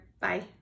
Bye